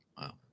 Wow